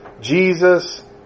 Jesus